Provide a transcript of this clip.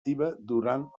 crepuscle